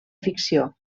ficció